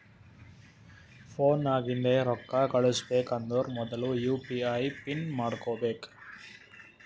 phone ನಾಗಿಂದೆ ರೊಕ್ಕಾ ಕಳುಸ್ಬೇಕ್ ಅಂದರ್ ಮೊದುಲ ಯು ಪಿ ಐ ಪಿನ್ ಮಾಡ್ಕೋಬೇಕ್